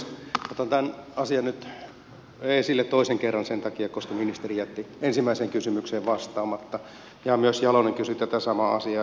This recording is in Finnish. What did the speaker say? otan tämän asian nyt esille toisen kerran sen takia koska ministeri jätti ensimmäiseen kysymykseen vastaamatta ja myös jalonen kysyi tätä samaa asiaa